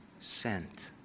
sent